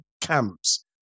camps